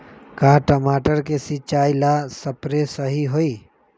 का टमाटर के सिचाई ला सप्रे सही होई?